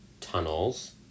tunnels